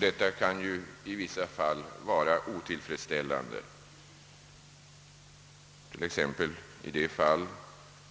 Detta är i vissa fall otillfredsställande, t.ex.